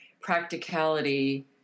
practicality